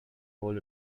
hold